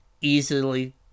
easily